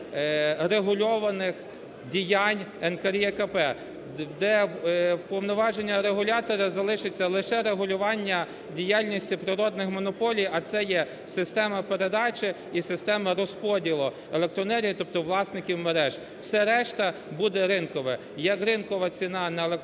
регульованих діянь НКРЕКП, де у повноваженнях регулятора залишиться лише регулювання діяльності природних монополій, а це є система передачі і система розподілу електроенергії, тобто власників мереж. Все решта буде ринкове, як ринкова ціна на електроенергію,